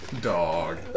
Dog